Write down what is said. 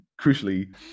crucially